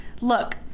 Look